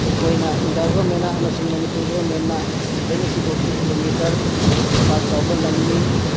ꯑꯩꯈꯣꯏꯅ ꯏꯟꯗꯤꯌꯥ ꯒꯣꯚꯔꯟꯃꯦꯟꯅ ꯑꯃꯁꯨꯡ ꯃꯅꯤꯄꯨꯔ ꯒꯣꯚꯔꯟꯃꯦꯟꯅ ꯁꯤꯗꯩꯅ ꯁꯤꯐꯥꯎꯁꯤ ꯀꯤꯂꯣꯃꯤꯇꯔ ꯄꯥꯛꯆꯥꯎꯕ ꯂꯝꯅꯤ